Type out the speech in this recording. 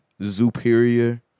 Superior